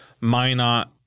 Minot